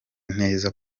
neza